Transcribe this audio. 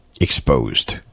exposed